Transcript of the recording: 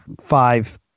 five